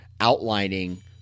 outlining